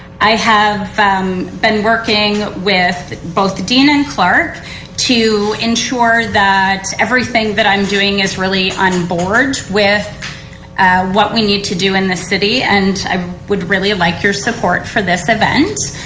i have been working with both the dean and clerk to ensure that everything that i'm doing is really onboard with what we need to do in the city and i would really like your support for this event.